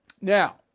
Now